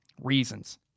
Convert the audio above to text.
reasons